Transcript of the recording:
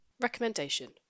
Recommendation